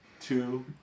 two